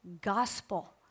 gospel